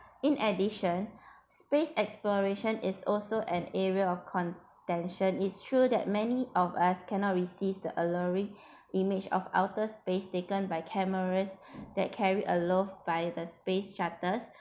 in addition space exploration is also an area of contention it's true that many of us cannot resist the alluring image of outer space taken by cameras that carry alo~ by the space shuttle